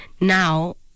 Now